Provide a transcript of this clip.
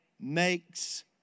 makes